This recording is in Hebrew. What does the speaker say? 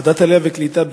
ועדת העלייה והקליטה,